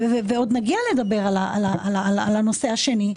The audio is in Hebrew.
עוד נגיע לדבר על הנושא השני,